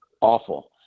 awful